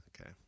Okay